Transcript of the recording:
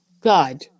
God